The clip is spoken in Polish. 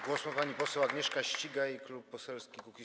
Głos ma pani poseł Agnieszka Ścigaj, Klub Poselski Kukiz’15.